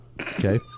Okay